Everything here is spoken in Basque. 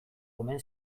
omen